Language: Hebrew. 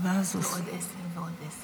השקעתי בעניינו של החוק הזה שעות רבות בוועדת